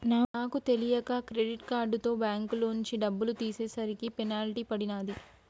నాకు తెలియక క్రెడిట్ కార్డుతో బ్యేంకులోంచి డబ్బులు తీసేసరికి పెనాల్టీ పడినాది